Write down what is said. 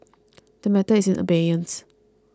the matter is in abeyance